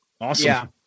awesome